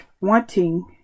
wanting